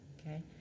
Okay